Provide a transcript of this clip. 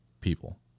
people